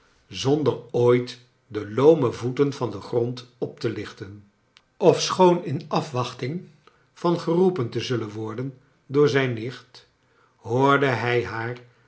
zonder ooit de loome voeten van den grond op te lichten ofschoon in afwacliting van geroepen te zullen worden door zijn nichtj hoorde hij haar